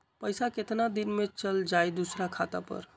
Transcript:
पैसा कितना दिन में चल जाई दुसर खाता पर?